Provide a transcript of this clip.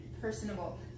personable